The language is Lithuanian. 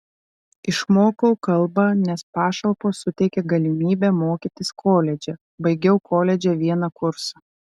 išmokau kalbą nes pašalpos suteikia galimybę mokytis koledže baigiau koledže vieną kursą